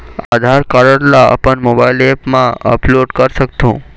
आधार card ला अपन mobile app मा अपलोड कर सकथों?